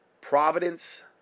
providence